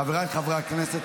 חבריי חברי הכנסת,